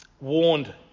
warned